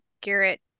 Garrett